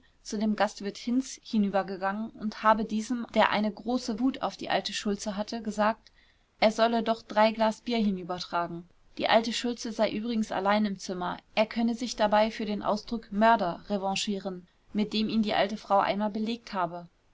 zu dem gastwirt hinz hinübergegangen und habe diesem der eine große wut auf die alte schultze hatte gesagt er solle doch drei glas bier hinübertragen die alte schultze sei übrigens allein im zimmer er könne sich dabei für den ausdruck mörder revanchieren mit dem ihn die alte frau einmal belegt habe